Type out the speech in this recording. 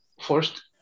first